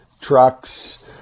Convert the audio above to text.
trucks